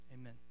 amen